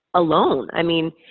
alone. i mean,